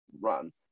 run